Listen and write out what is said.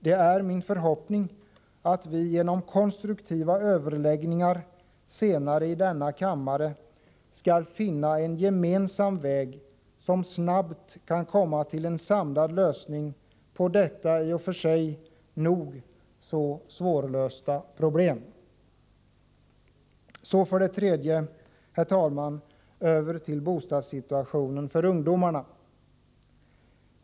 Det är min förhoppning att vi genom konstruktiva överläggningar senare i denna kammare skall finna en gemensam väg som snabbt kan leda till en samlad lösning på detta i och för sig nog så svårlösta problem. Så för det tredje, herr talman, över till bostadssituationen för ungdomarna.